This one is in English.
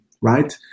right